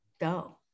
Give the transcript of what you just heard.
Go